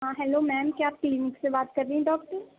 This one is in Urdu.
ہاں ہیلو میم کیا آپ کلینک سے بات کر رہی ہیں ڈاکٹر